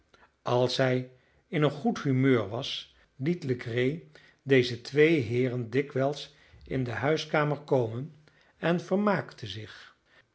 als hij in een goed humeur was liet legree deze twee heeren dikwijls in de huiskamer komen en vermaakte zich